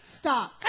Stop